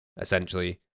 essentially